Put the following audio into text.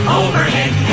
overhead